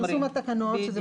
פרסום התקנות, שזה